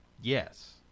yes